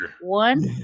one